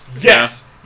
Yes